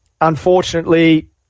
unfortunately